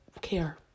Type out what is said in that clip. care